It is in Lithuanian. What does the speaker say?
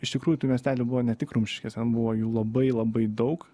iš tikrųjų tų miestelių buvo ne tik rumšiškės ten buvo jų labai labai daug